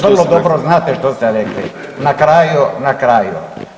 Vrlo dobro znate što ste rekli na kraju, na kraju.